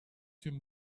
tüm